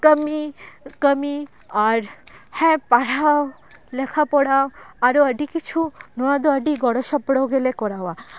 ᱠᱟᱹᱢᱤ ᱠᱟᱹᱢᱤ ᱟᱨ ᱦᱮᱸ ᱯᱟᱲᱦᱟᱣ ᱞᱮᱠᱷᱟ ᱯᱚᱲᱟ ᱟᱨᱚ ᱟᱹᱰᱤ ᱠᱤᱪᱷᱩ ᱱᱚᱣᱟ ᱫᱚ ᱟᱹᱰᱤ ᱜᱚᱲᱚ ᱥᱚᱯᱚᱲᱚ ᱜᱮᱞᱮ ᱠᱚᱨᱟᱣᱟ